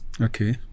Okay